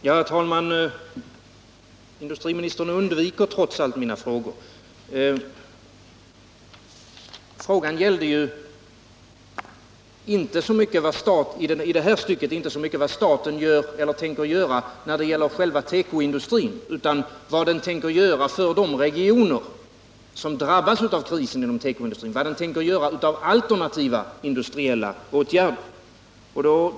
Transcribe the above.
Herr talman! Industriministern undviker trots allt att svara på mina frågor. Frågan i det här stycket gällde ju inte så mycket vad staten gör eller vad regeringen tänker göra för själva tekoindustrin utan vad den tänker göra för de regioner som drabbats av krisen inom tekoindustrin och vilka alternativa industriella åtgärder regeringen tänker vidta.